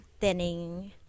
thinning